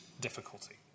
difficulty